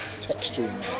texture